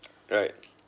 right